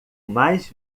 mais